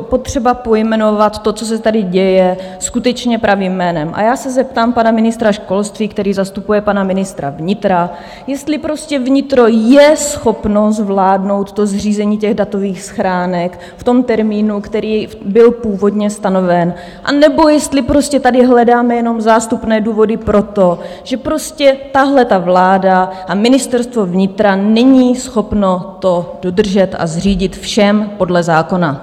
potřeba pojmenovat to, co se tady děje, skutečně pravým jménem, a já se zeptám pana ministra školství, který zastupuje pana ministra vnitra, jestli vnitro je schopno zvládnout zřízení datových schránek v termínu, který byl původně stanoven, anebo jestli prostě tady hledáme jenom zástupné důvody pro to, že tahleta vláda a Ministerstvo vnitra není schopno to dodržet a zřídit všem podle zákona?